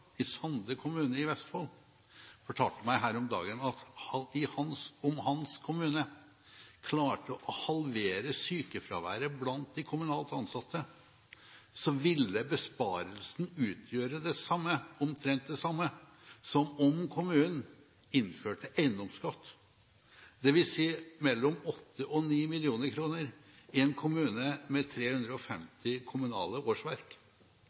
i Sande kommune i Vestfold fortalte meg her om dagen at om hans kommune klarte å halvere sykefraværet blant de kommunalt ansatte, ville besparelsen utgjøre omtrent det samme som om kommunen innførte eiendomsskatt, dvs. mellom åtte og ni mill. kr i en kommune med 350 kommunale årsverk.